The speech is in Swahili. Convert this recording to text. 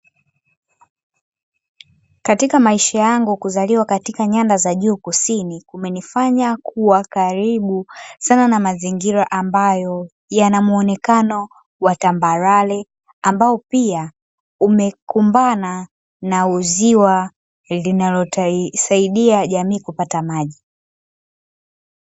Katika maisha yangu kuzaliwa katika nyanda za juu kusini, kumenifanya kuwa karibu sana na mazingira ambayo yana muonekano wa tambarare ambao pia umekumbana na ziwa linalosaidia jamii kupata maji.